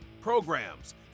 programs